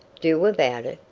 do about it?